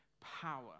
power